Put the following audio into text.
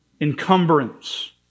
encumbrance